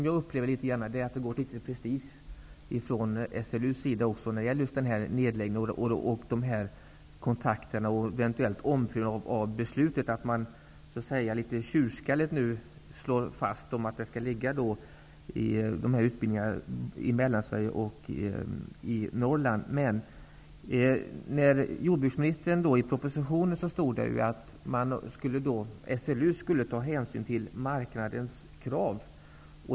Jag upplever att det har gått litet prestige i SLU:s förslag om nedläggning, när man litet tjurskalligt slår fast att de här utbildningarna skall ligga i Mellansverige och I propositionen står det att SLU skall ta hänsyn till marknadens krav.